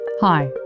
Hi